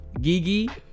gigi